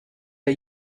der